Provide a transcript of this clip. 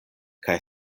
kaj